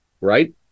right